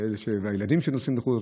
והילדים שנוסעים לחו"ל,